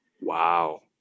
Wow